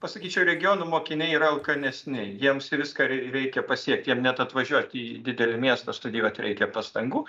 pasakyčiau regionų mokiniai yra alkanesni jiems viską rei reikia pasiekt jiem net atvažiuot į didelį miestą studijuot reikia pastangų